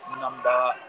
number